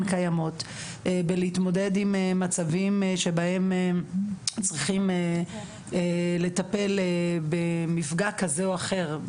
קיימות בלהתמודד עם מצבים שבהם צריכים לטפל במפגע כזה או אחר.